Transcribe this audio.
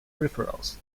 peripherals